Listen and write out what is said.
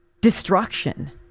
destruction